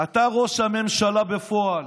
אתה באמת, אתה ראש הממשלה בפועל.